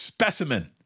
Specimen